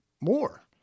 more